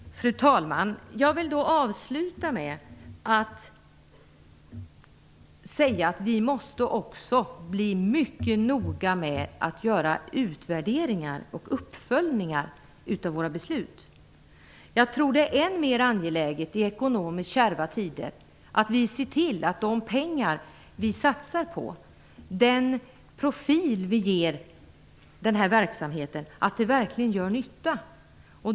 Fru talman! Jag vill avsluta med att säga att vi också måste bli mycket noga med att göra utvärderingar och uppföljningar av våra beslut. Jag tror att det i ekonomiskt kärva tider är än mer angeläget att vi ser till att vi ger verksamheten en sådan profil att de pengar vi satsar verkligen gör nytta.